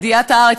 ידיעת הארץ,